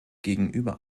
gegenüber